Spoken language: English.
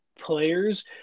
players